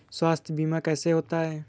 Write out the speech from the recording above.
स्वास्थ्य बीमा कैसे होता है?